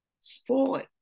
spoil